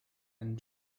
and